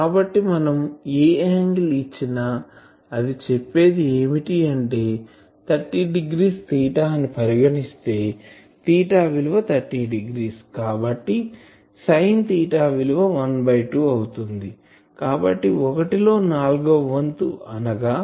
కాబట్టి మనం ఏ యాంగిల్ ఇచ్చినా అది చెప్పేది ఏమిటి అంటే 30O అని పరిగణిస్తే విలువ 30O కాబట్టి సైన్ విలువ ½ అవుతుంది కాబట్టి ఒకటిలో నాల్గవ వంతు అనగా 0